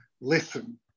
listen